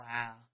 Wow